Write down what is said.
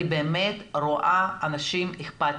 אני באמת רואה אנשים אכפתיים,